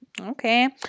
okay